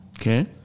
Okay